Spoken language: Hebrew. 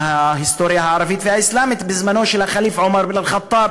מההיסטוריה הערבית והאסלאמית בזמנו של הח'ליף עומר אבן אל-ח'טאב,